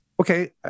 okay